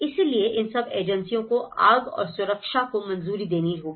इसलिए इन सभी एजेंसियों को आग और सुरक्षा को मंजूरी देनी होगी